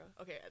okay